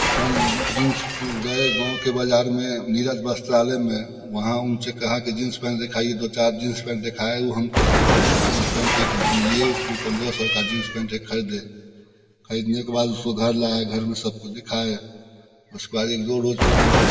हम जींस गए गाँव के बाज़ार में नीरज वस्त्राल में वहाँ उन से कहा कि जींस पेंट दिखाइए दो चार जींस पेंट दिखाइए वो हम को जींस पेंट लिए उस ने पंद्रह सौ का जींस पेंट ख़रीदे ख़रीदने के बाद उसे घर लाया घर में सब को दिखाए उसके बाद एक दो रोज़ पहने